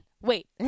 Wait